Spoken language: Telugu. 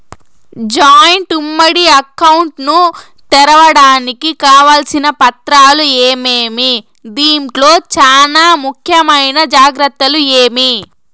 జాయింట్ ఉమ్మడి అకౌంట్ ను తెరవడానికి కావాల్సిన పత్రాలు ఏమేమి? దీంట్లో చానా ముఖ్యమైన జాగ్రత్తలు ఏమి?